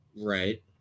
Right